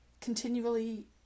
continually